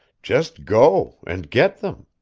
just go, and get them.